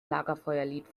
lagerfeuerlied